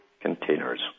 containers